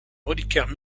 reliquaire